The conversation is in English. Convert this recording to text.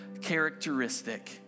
characteristic